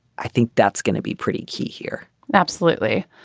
i think that's going to be pretty key here absolutely.